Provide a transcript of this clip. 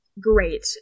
Great